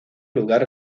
lugar